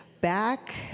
back